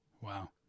wow